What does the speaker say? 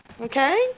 Okay